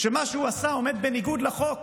שמה שהוא עשה עומד בניגוד לחוק,